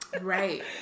right